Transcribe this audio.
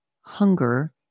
hunger